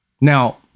Now